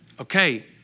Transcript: Okay